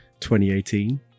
2018